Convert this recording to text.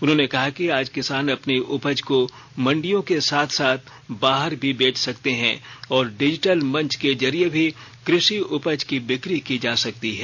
उन्होंने कहा कि आज किसान अपनी उपज को मंडियों के साथ साथ बाहर भी बेच सकते हैं और डिजिटल मंच के जरिए भी कृषि उपज की बिक्री की जा सकती है